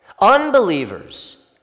Unbelievers